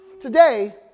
Today